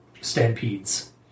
stampedes